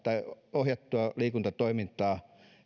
ohjattua liikuntatoimintaa